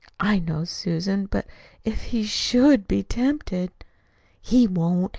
i know, susan but if he should be tempted he won't.